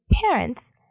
parents